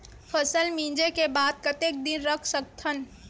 फसल मिंजे के बाद कतेक दिन रख सकथन?